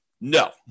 No